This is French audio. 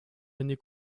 année